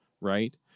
Right